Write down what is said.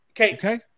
Okay